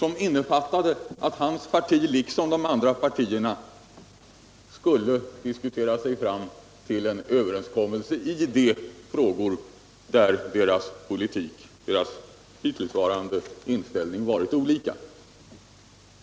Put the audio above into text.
vilket innefattade att hans parti liksom de andra partierna skulle diskutera sig fram tull en överenskommelse i de frågor där deras hittillsvarande inställning varit ohika.